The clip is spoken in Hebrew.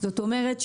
זאת אומרת,